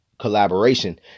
collaboration